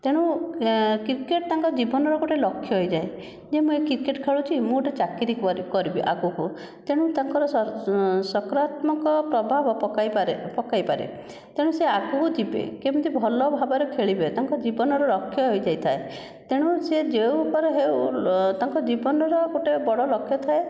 ତେଣୁ କ୍ରିକେଟ ତାଙ୍କ ଜୀବନର ଗୋଟିଏ ଲକ୍ଷ୍ୟ ହୋଇଯାଏ ଯେ ମୁଁ ଏ କ୍ରିକେଟ ଖେଳୁଛି ମୁଁ ଗୋଟିଏ ଚାକିରୀ କରି କରିବି ଆଗକୁ ତେଣୁ ତାଙ୍କର ସକରାତ୍ମକ ପ୍ରଭାବ ପକାଇ ପାରେ ପକାଇ ପାରେ ତେଣୁ ସେ ଆଗକୁ ଯିବେ କେମିତି ଭଲ ଭାବରେ ଖେଳିବେ ତାଙ୍କ ଜୀବନର ଲକ୍ଷ୍ୟ ହୋଇଯାଇଥାଏ ତେଣୁ ସେ ଯେଉଁ ଉପର ହେଉ ତାଙ୍କ ଜୀବନର ଗୋଟିଏ ବଡ଼ ଲକ୍ଷ୍ୟ ଥାଏ